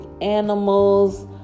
animals